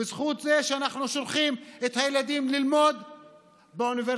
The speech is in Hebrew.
בזכות זה שאנחנו שולחים את הילדים ללמוד באוניברסיטאות.